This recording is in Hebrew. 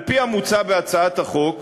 על-פי הצעת החוק,